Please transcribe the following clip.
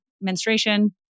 menstruation